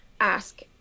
ask